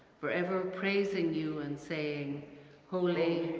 for ever praising you and saying holy,